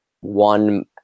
one